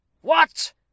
What